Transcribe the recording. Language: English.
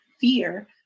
fear